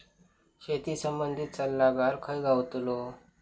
शेती संबंधित सल्लागार खय गावतलो?